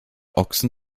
ochsen